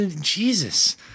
Jesus